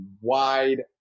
wide